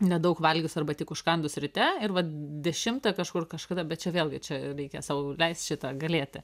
nedaug valgius arba tik užkandus ryte ir dešimtą kažkur kažkada bet čia vėlgi čia reikia sau leist šitą galėti